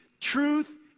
truth